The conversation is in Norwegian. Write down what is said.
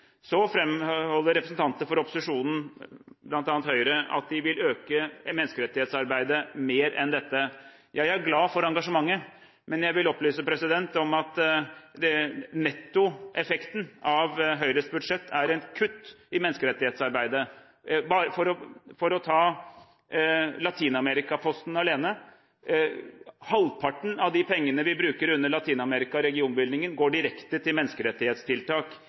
Så framholder representanter for opposisjonen, bl.a. Høyre, at de vil øke menneskerettighetsarbeidet mer enn dette. Jeg er glad for engasjementet, men jeg vil opplyse om at nettoeffekten av Høyres budsjett er et kutt i menneskerettighetsarbeidet. For å ta Latin-Amerika-posten alene: Halvparten av de pengene vi bruker på Latin-Amerika, regionbevilgningen, går direkte til menneskerettighetstiltak.